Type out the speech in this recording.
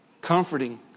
comforting